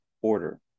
order